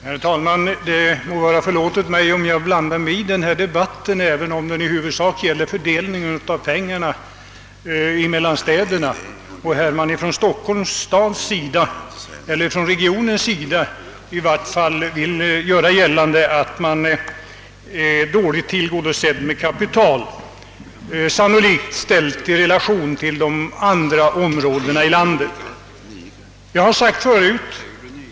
Herr talman! Det må vara mig förlåtet om jag blandar mig i denna debatt, som i huvudsak gäller fördelningen av pengar mellan städerna. Från stockholmsregionens sida har det gjorts gällande, att man är dåligt tillgodosedd med kapital, om man ställer denna tilldelning i relation till övriga områden i landet.